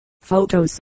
Photos